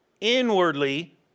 Inwardly